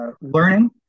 learning